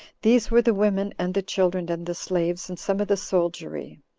these were the women, and the children, and the slaves, and some of the soldiery.